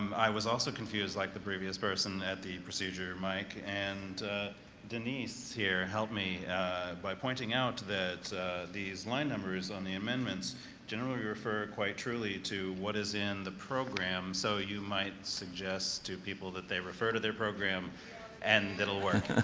i was also confused like the previous person at the procedure mic and denise here helped me by pointing out that these line numbers on the amendments generally refer quite truly to what is in the program, so you might suggest to people that they refer to their program and that will work.